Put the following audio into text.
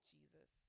Jesus